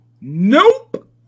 Nope